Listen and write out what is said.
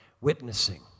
witnessing